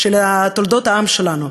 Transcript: של תולדות העם שלנו,